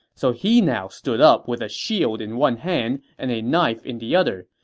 so he now stood up with a shield in one hand and a knife in the other.